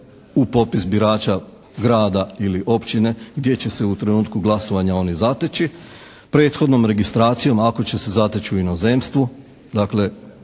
u popis birača grada ili općine gdje će se u trenutku glasovanja on i zateći, prethodnom registracijom, ako će se zateći u inozemstvu, dakle